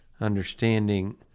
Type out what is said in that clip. understanding